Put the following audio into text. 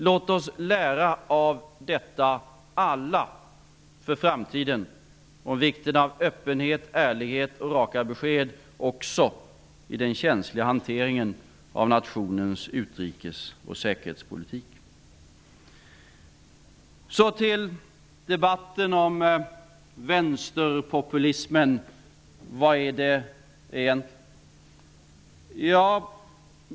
Låt oss alla av detta lära för framtiden om vikten av öppenhet, ärlighet och raka besked också i den känsliga hanteringen av nationens utrikes och säkerhetspolitik! Så till debatten om vänsterpopulismen. Vad består denna av?